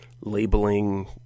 labeling